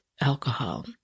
alcohol